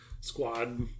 squad